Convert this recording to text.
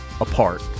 apart